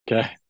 okay